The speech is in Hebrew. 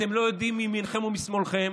אתם לא יודעים מימינכם ומשמאלכם,